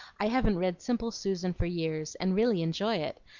i haven't read simple susan for years, and really enjoy it.